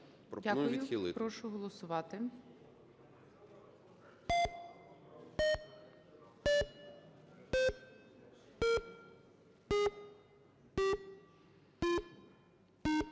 Дякую. Прошу голосувати.